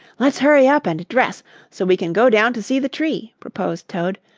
let's hurry up and dress so we can go down to see the tree, proposed toad.